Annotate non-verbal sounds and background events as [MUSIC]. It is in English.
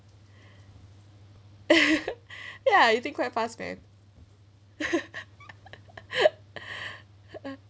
[LAUGHS] ya you think quite fast man [LAUGHS]